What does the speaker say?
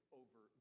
over